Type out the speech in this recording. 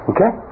Okay